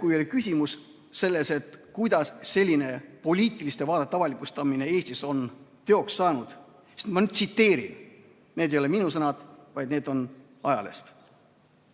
kui oli küsimus selles, kuidas selline poliitiliste vaadete avalikustamine Eestis on teoks saanud. Ma tsiteerin, need ei ole minu sõnad, vaid need on ajalehest: